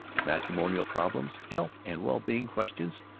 matrimonial problems, health and well-being questions,